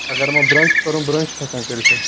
اگر یِمن برنٛچ چھُ کَرُن برنٛچ تہِ ہٮ۪کان کٔرِتھ یِم